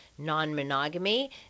non-monogamy